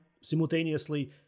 simultaneously